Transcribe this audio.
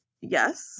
Yes